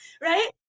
Right